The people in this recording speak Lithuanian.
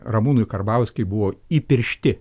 ramūnui karbauskiui buvo įpiršti